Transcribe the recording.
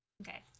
Okay